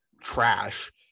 trash